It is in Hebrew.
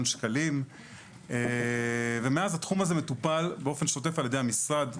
שקלים ומאז התחום הזה מטופל באופן שוטף על ידי המשרד.